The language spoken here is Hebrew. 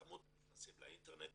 כמות הנכנסים לאינטרנט,